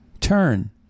turn